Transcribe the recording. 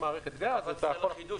הנושא